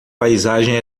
paisagem